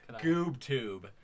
GoobTube